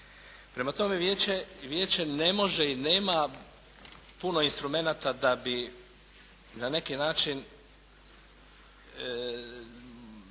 Prema tome, vijeće ne može i nema puno instrumenata da bi na neki način